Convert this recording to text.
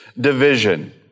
division